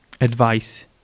advice